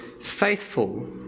faithful